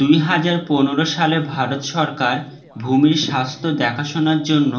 দুই হাজার পনেরো সালে ভারত সরকার ভূমির স্বাস্থ্য দেখাশোনার জন্য